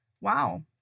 Wow